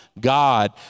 God